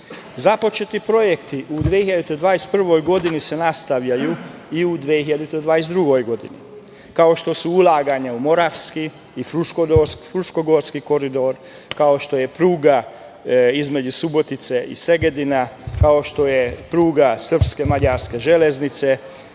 projekti u 2021. godini se nastavljaju i u 2022. godini, kao što su ulaganja u Moravski i Fruškogorski koridor, kao što je pruga između Subotice i Segedina, kao što je pruga srpske i mađarske železnice